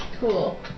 cool